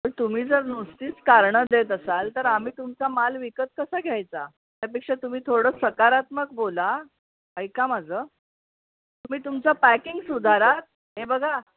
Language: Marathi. तुम्ही जर नुसतीच कारणं देत असाल तर आम्ही तुमचा माल विकत कसा घ्यायचा त्यापेक्षा तुम्ही थोडं सकारात्मक बोला ऐका माझं तुम्ही तुमचं पॅकिंग सुधारा हे बघा